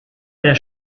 der